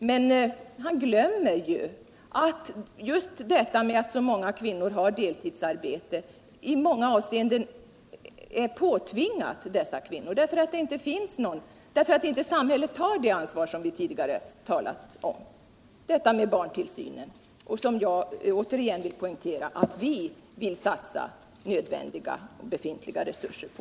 Men han glömmer att nämna att anledningen till att så många kvinnor har deltidsarbete ligger i att deltidsarbetet i många fall blivit påtvingat; samhället har inte tagit det ansvar som vi tidigare talat om när det gilller barntillsyn, något som jag åter vill betona att vi i det här kiget vill satsa befintliga resurser på.